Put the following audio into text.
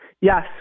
Yes